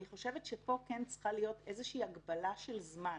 אני חושבת שפה כן צריכה להיות איזושהי הגבלה של זמן.